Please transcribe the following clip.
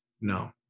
no